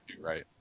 right